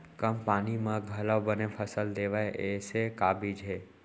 कम पानी मा घलव बने फसल देवय ऐसे का बीज हे?